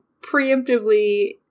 preemptively